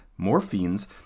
Morphines